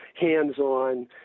hands-on